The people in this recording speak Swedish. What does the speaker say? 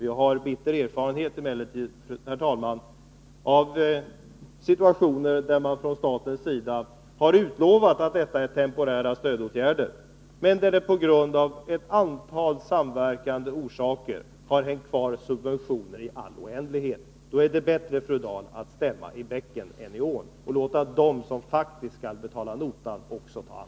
Vi har emellertid bitter erfarenhet, herr talman, av situationer där man från statens sida har hävdat att det är frågan om temporära stödåtgärder men där stödet på grund av ett antal samverkande orsaker har hängt kvar i all oändlighet. Då är det bättre, fru Dahl, att stämma i bäcken än i ån.